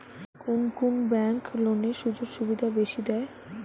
কুন কুন ব্যাংক লোনের সুযোগ সুবিধা বেশি দেয়?